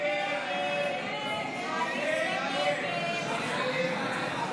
הסתייגות 1 לחלופין ג לא נתקבלה.